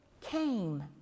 came